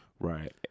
right